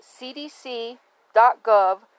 cdc.gov